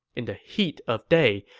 in the heat of day,